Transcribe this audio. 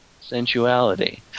sensuality